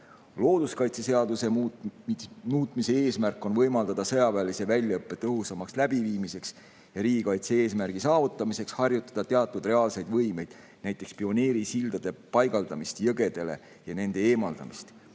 Looduskaitseseaduse muutmise eesmärk on võimaldada sõjaväelise väljaõppe tõhusamaks läbiviimiseks ja riigikaitse eesmärgi saavutamiseks harjutada teatud reaalseid võimeid, näiteks pioneerisildade paigaldamist jõgedele ja nende eemaldamist.